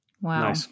Wow